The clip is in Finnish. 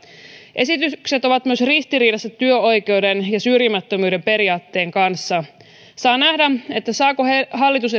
esitykset ovat myös ristiriidassa työoikeuden ja syrjimättömyyden periaatteen kanssa saa nähdä saako hallitus